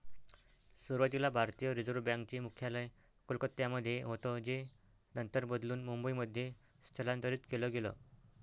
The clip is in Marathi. सुरुवातीला भारतीय रिझर्व बँक चे मुख्यालय कोलकत्यामध्ये होतं जे नंतर बदलून मुंबईमध्ये स्थलांतरीत केलं गेलं